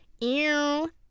Ew